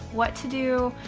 what to do.